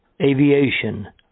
Aviation